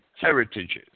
heritages